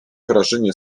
wrażenie